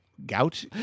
gout